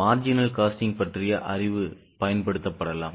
marginal costing பற்றிய அறிவு பயன்படுத்தப்படலாம்